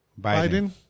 Biden